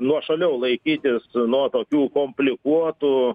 nuošaliau laikytis nuo tokių komplikuotų